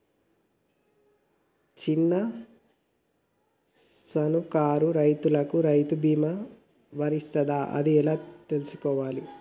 చిన్న సన్నకారు రైతులకు రైతు బీమా వర్తిస్తదా అది ఎలా తెలుసుకోవాలి?